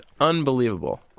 unbelievable